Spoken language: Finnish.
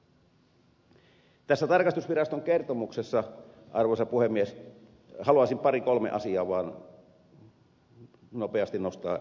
tästä tarkastusviraston kertomuksesta arvoisa puhemies haluaisin pari kolme asiaa vaan nopeasti nostaa esille